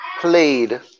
played